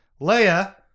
Leia